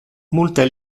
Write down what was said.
multe